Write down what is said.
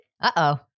Uh-oh